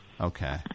Okay